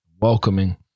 welcoming